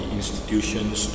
institutions